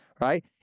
right